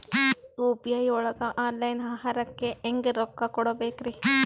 UPI ಒಳಗ online ಆಹಾರಕ್ಕೆ ಹೆಂಗ್ ರೊಕ್ಕ ಕೊಡಬೇಕ್ರಿ?